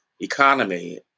economy